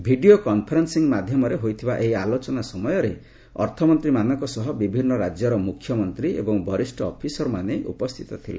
video conferencing ମାଧ୍ୟମରେ ହୋଇଥିବା ଏହି ଆଲୋଚନା ସମୟରେ ଅର୍ଥମନ୍ତ୍ରୀମାନଙ୍କ ସହ ବିଭିନ୍ନ ରାଜ୍ୟର ମୁଖ୍ୟମନ୍ତ୍ରୀ ଏବଂ ବରିଷ୍ଣ ଅଫିସରମାନେ ଉପସ୍ଥିତ ଥିଲେ